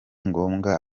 ngombwa